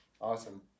Awesome